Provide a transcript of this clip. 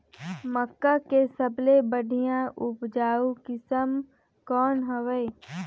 मक्का के सबले बढ़िया उपजाऊ किसम कौन हवय?